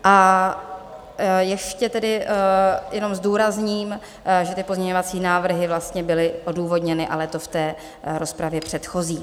A ještě tedy jenom zdůrazním, že ty pozměňovací návrhy vlastně byly odůvodněny, ale to v té rozpravě předchozí.